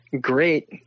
great